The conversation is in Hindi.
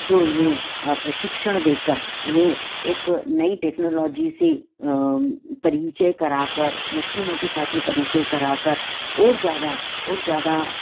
जो इन्हें प्रशिक्षण देकर इन्हें एक नई टेक्नोलॉजी से परिचय करा कर मशीनों के साथ में परिचय करा कर और ज़्यादा और ज़्यादा